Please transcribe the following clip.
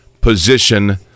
position